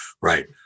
right